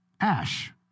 Ash